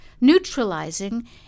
neutralizing